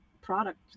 product